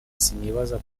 sinibaza